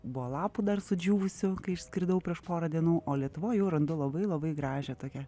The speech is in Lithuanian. buvo lapų dar sudžiūvusių kai išskridau prieš porą dienų o lietuvoj jau randu labai labai gražią tokią